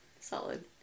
Solid